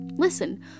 listen